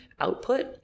output